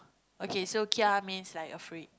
okay kia means like afraid